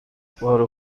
بار